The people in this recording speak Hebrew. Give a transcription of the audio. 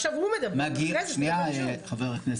שנייה חבר הכנסת.